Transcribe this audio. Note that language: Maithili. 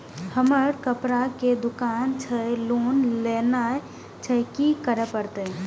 हमर कपड़ा के दुकान छे लोन लेनाय छै की करे परतै?